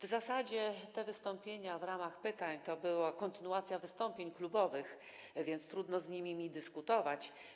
W zasadzie te wystąpienia w ramach pytań to była kontynuacja wystąpień klubowych, więc trudno mi z nimi dyskutować.